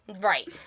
Right